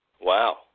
Wow